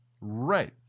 Right